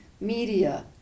media